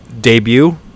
debut